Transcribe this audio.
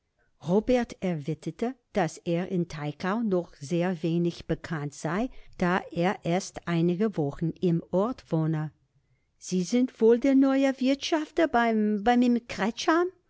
robert erwiderte daß er in teichau noch sehr wenig bekannt sei da er erst einige wochen im orte wohne sie sind wohl der neue wirtschafter beim beim im kretscham